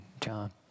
John